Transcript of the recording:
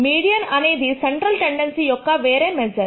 median అనేది central tendency యొక్క వేరే మెజర్